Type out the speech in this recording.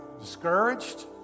discouraged